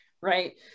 right